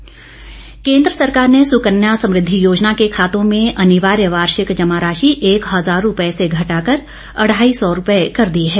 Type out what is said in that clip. सुकन्या योजना केंद्र सरकार ने सुकन्या समृद्धि योजना के खातों में अनिवार्य वार्षिक जमा राशि एक हजार रुपए से घटाकर अढ़ाई सौ रुपए कर दी है